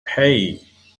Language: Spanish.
hey